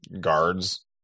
guards